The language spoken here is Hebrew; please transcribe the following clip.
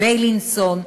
בילינסון,